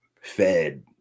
fed